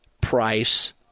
price